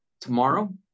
tomorrow